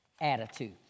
attitude